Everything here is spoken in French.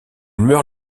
meurt